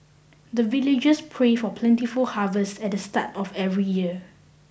the villagers pray for plentiful harvest at the start of every year